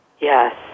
Yes